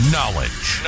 Knowledge